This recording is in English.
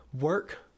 work